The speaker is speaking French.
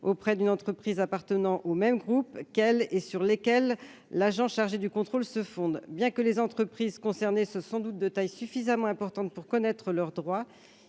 auprès d'une entreprise appartenant au même groupe et sur lesquels il fonde ce contrôle. Bien que les entreprises concernées soient sans doute de taille suffisamment importante pour connaître leurs droits,